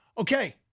Okay